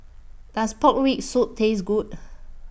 Does Pork Rib Soup Taste Good